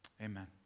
Amen